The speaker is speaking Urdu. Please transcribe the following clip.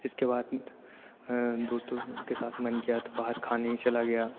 اِس کے بعد دوستوں کے ساتھ من کیا تو باہر کھانے چلا گیا